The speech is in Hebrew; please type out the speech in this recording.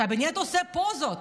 הקבינט עושה פוזות.